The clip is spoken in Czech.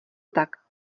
tak